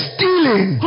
Stealing